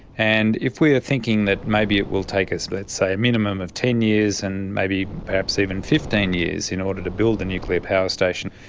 and if we are thinking that maybe it will take us, let's say, a minimum of ten years and maybe perhaps even fifteen years in order to build the nuclear power station,